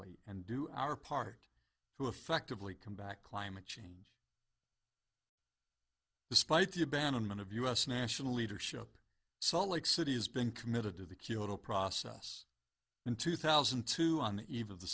y and do our part to effectively combat climate change despite the abandonment of u s national leadership salt lake city has been committed to the kyoto process in two thousand and two on the eve of the